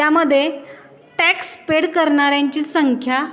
यामध्ये tax paid करणाऱ्यांची संख्या